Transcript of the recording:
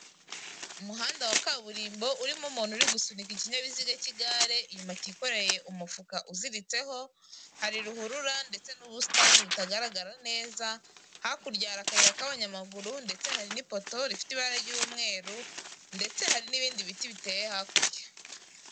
Umuhanda wa kaburimbo, urimo umuntu uri gusunika ikinyabiziga cy'igare; inyuma cyikoreye umufuka uziritseho, hari ruhurura ndetse n'ubusitani butagaragara neza, hakurya hari akayira k'abanyamaguru ndetse hari n'ipoto rifite ibara ry'umweru ndetse hari n'ibindi biti biteye hakurya